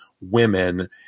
women